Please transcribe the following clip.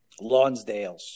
Lonsdales